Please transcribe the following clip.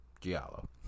Giallo